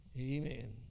Amen